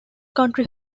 country